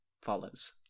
follows